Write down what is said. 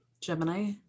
Gemini